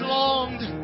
longed